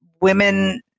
Women